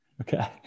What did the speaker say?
Okay